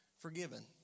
forgiven